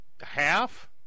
half